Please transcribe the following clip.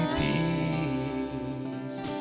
peace